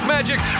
Magic